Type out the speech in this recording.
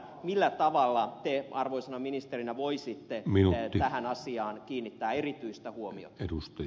millä tavalla te arvoisana ministerinä voisitte tähän asiaan kiinnittää erityistä huomiota